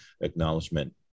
acknowledgement